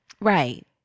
Right